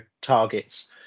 targets